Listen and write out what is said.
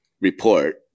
report